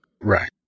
Right